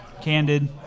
candid